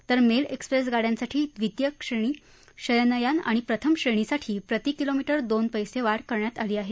तर mail express गाड्यांसाठी द्वितीय श्रेणी शयनयान आणि प्रथम श्रेणीसाठी प्रति किलोमीटर दोन पर्षीवाढ करण्यात आली आहे